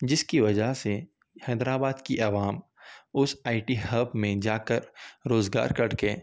جس کی وجہ سے حیدر آباد کی عوام اُس آئی ٹی ہب میں جا کر روزگار کر کے